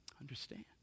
Understand